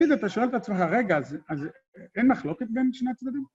אתה שואל את עצמך, רגע, אז אין מחלוקת בין שני הצדדים?